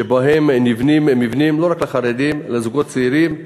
שבהם נבנים מבנים לא רק לחרדים, לזוגות צעירים,